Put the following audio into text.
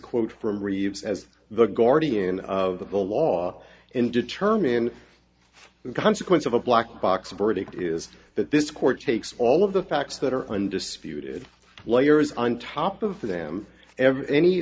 quote from reeves as the guardian of the law and determine the consequence of a black box verdict is that this court takes all of the facts that are undisputed lawyers on top of them ever any